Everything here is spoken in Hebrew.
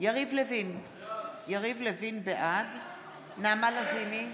יריב לוין, בעד נעמה לזימי,